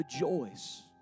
rejoice